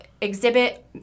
Exhibit